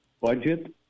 budget